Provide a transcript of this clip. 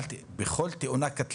לא בכל תאונה.